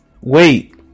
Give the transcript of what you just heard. wait